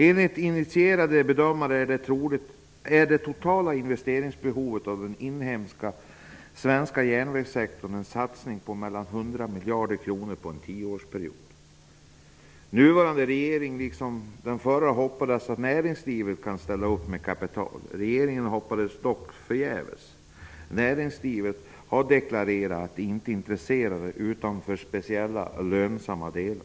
Enligt initierade bedömare är det totala investeringsbehovet i den inhemska svenska järnvägssektorn en satsning på ca 100 miljarder kronor under en tioårsperiod. Den nuvarande regeringen, liksom den förra, hoppades att näringslivet kunde ställa upp med kapital. Regeringen hoppades dock förgäves. Näringslivet har deklarerat att man inte är intresserade utom när det gäller speciella lönsamma projekt.